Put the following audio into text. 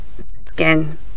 skin